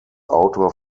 autor